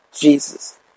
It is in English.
Jesus